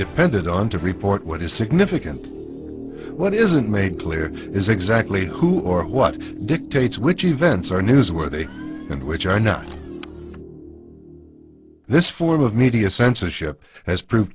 depended on to report what is significant what isn't made clear is exactly who or what dictates which events are newsworthy and which are not this form of media censorship has pro